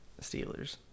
Steelers